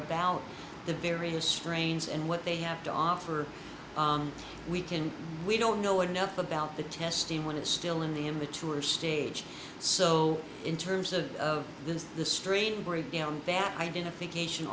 about the various strains and what they have to offer we can we don't know enough about the testing when it's still in the in the truer stage so in terms of the strain break down that identification